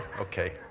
Okay